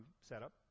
setup